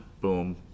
boom